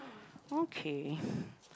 okay